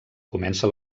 comença